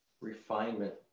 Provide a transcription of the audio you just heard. refinement